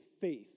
faith